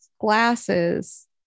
glasses